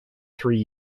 three